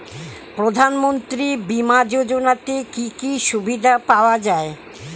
প্রধানমন্ত্রী বিমা যোজনাতে কি কি সুবিধা পাওয়া যায়?